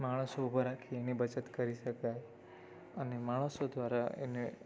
માણસો ઊભા રાખી એની બચત કરી શકાય અને માણસો દ્વારા એને